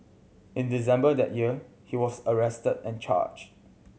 in December that year he was arrested and charged